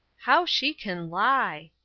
how she can lie!